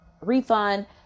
refund